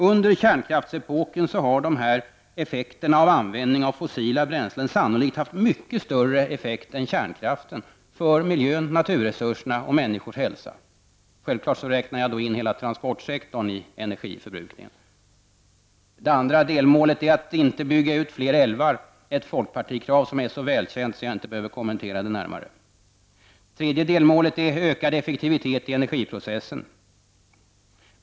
Under kärnkraftsepoken har dessa effekter av användningen av fossila bränslen sannolikt haft mycket större effekt än kärnkraften på miljön, naturresurserna och människors hälsa. Självfallet räknar jag då in hela transportsektorns energiförbrukning. Det andra delmålet är att inte bygga ut fler älvar, ett folkpartikrav som är så välkänt att jag inte behöver kommentera det närmare. Det tredje delmålet är ökad effektivitet i energiprocessen.